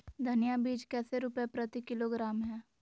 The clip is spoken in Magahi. धनिया बीज कैसे रुपए प्रति किलोग्राम है?